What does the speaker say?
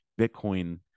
Bitcoin